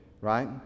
right